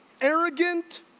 arrogant